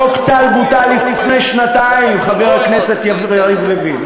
חוק טל בוטל לפני שנתיים, חבר הכנסת יריב לוין.